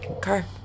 car